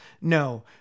No